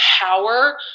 power